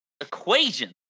equation